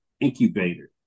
Incubator